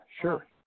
sure